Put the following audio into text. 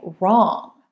wrong